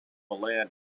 land